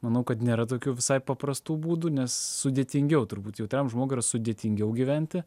manau kad nėra tokių visai paprastų būdų nes sudėtingiau turbūt jautriam žmogui yra sudėtingiau gyventi